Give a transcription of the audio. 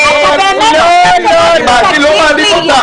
--- לא מעליב אותך,